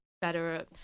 better